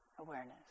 awareness